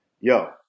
Yo